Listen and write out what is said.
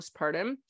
postpartum